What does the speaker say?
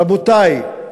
רבותי,